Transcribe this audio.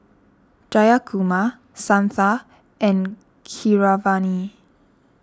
Jayakumar Santha and Keeravani